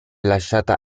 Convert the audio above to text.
lasciata